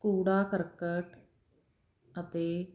ਕੂੜਾ ਕਰਕਟ ਅਤੇ